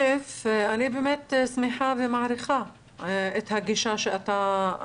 אני שמחה ומעריכה את הגישה שלך.